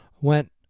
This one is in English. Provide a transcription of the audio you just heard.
went